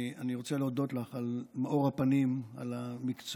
אני רוצה להודות לך על מאור הפנים, על המקצועיות,